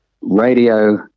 radio